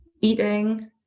eating